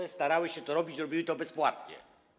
One starały się to robić i robiły to bezpłatnie.